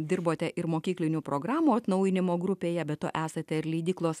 dirbote ir mokyklinių programų atnaujinimo grupėje be to esate ir leidyklos